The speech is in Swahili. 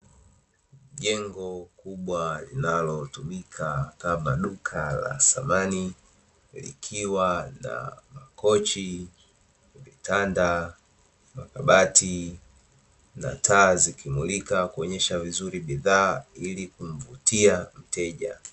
Jengo kubwa linalotumika kama duka la samani, likiwa na: kochi, kitanda, kabati; na taa zikimulika kuonyesha vizuri bidhaa ili kumvutia mteja.